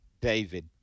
David